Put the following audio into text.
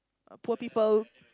a poor people